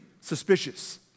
suspicious